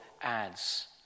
adds